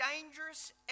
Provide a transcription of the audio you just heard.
dangerous